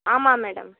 ஆமாம் மேடம்